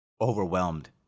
Overwhelmed